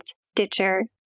Stitcher